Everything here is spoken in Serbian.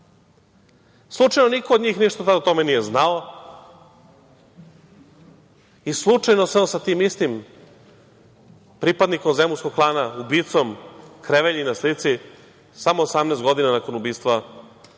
Slučajno niko od njih ništa o tome nije znao i slučajno se on sa tim istim pripadnikom zemunskog klana, ubicom, krevelji na slici, samo 18 godina nakon ubistva